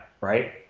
right